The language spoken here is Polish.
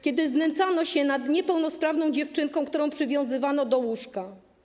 kiedy znęcano się nad niepełnosprawną dziewczyną, którą przywiązywano do łóżka?